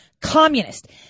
communist